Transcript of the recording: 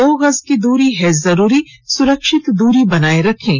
दो गज की दूरी है जरूरी सुरक्षित दूरी बनाए रखें